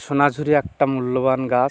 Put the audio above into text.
সোনাঝুরি একটা মূল্যবান গাছ